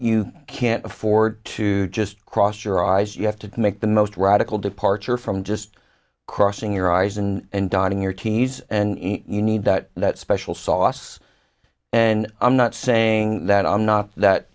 you can't afford to just cross your eyes you have to make the most radical departure from just crossing your eyes and dotting your t s and you need that that special sauce and i'm not saying that i'm not that